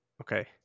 Okay